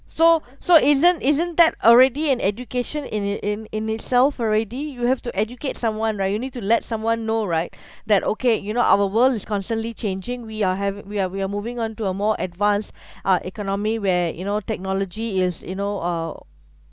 so so isn't isn't that already an education in it in in itself already you have to educate someone right you need to let someone know right that okay you know our world is constantly changing we are havi~ we're we're moving onto a more advanced uh economy where you know technology is you know uh